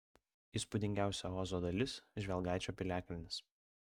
įspūdingiausia ozo dalis žvelgaičio piliakalnis